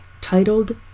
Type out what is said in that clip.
titled